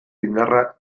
indarra